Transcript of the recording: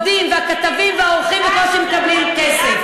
והעובדים והכתבים והעורכים בקושי מקבלים כסף.